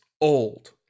old